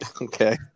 Okay